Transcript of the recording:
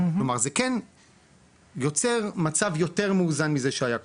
כלומר זה כן יוצר מצב יותר מאוזן מזה שהיה קודם.